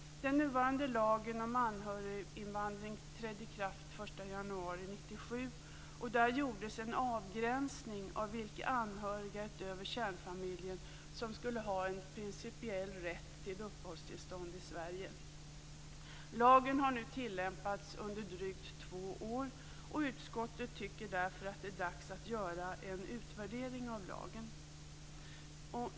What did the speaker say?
Den nuvarande lagen om anhöriginvandring trädde i kraft den 1 januari 1997, och där gjordes en avgränsning av vilka anhöriga utöver kärnfamiljen som skulle ha en principiell rätt till uppehållstillstånd i Sverige. Lagen har nu tillämpats under drygt två år, och utskottet tycker därför att det är dags att göra en utvärdering av lagen.